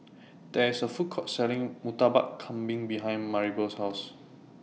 There IS A Food Court Selling Murtabak Kambing behind Maribel's House